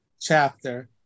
chapter